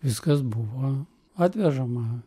viskas buvo atvežama